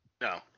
No